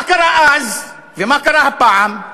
מה קרה אז ומה קרה הפעם?